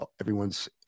everyone's